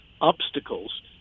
obstacles